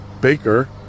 Baker